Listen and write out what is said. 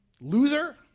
loser